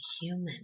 human